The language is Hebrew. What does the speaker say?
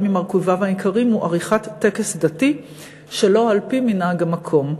ממרכיביו העיקריים הוא עריכת טקס דתי שלא על-פי מנהג המקום,